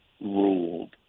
ruled